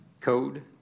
Code